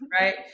right